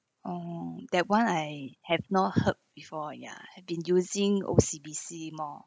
oh that one I have no heard before ya have been using O_C_B_C_ more